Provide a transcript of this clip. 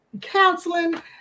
counseling